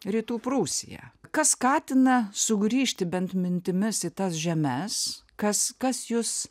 rytų prūsija kas skatina sugrįžti bent mintimis į tas žemes kas kas jus